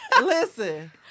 listen